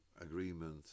agreement